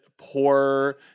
poor